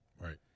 Right